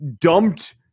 dumped